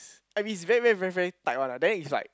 I mean it's very very very tight one ah then it's like